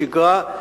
שגרה,